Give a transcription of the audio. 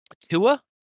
Tua